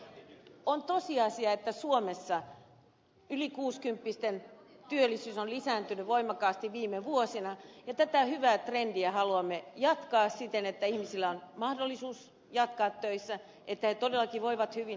on tosiasia että suomessa yli kuusikymppisten työllisyys on lisääntynyt voimakkaasti viime vuosina ja tätä hyvää trendiä haluamme jatkaa siten että ihmisillä on mahdollisuus jatkaa töissä että he todellakin voivat hyvin